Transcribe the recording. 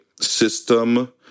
system